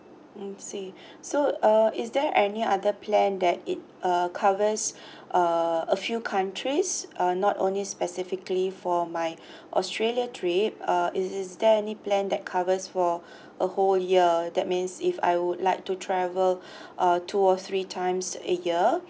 I say so uh is there any other plan that it uh covers uh a few countries uh not only specifically for my australia trip uh is is there any plan that covers for a whole year that means if I would like to travel uh two or three times a year